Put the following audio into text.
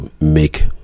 make